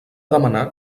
demanar